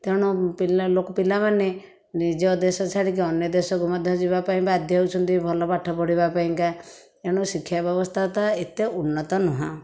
ତେଣୁ ପିଲା ପିଲାମାନେ ନିଜ ଦେଶ ଛାଡ଼ିକି ଅନ୍ୟ ଦେଶକୁ ମଧ୍ୟ ଯିବାପାଇଁ ବାଧ୍ୟ ହେଉଛନ୍ତି ଭଲ ପାଠ ପଢ଼ିବା ପାଇଁକା ଏଣୁ ଶିକ୍ଷା ବ୍ୟବସ୍ଥାଟା ଏତେ ଉନ୍ନତ ନୁହଁ